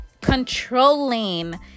controlling